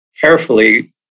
carefully